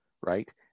Right